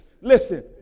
Listen